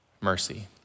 mercy